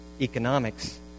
economics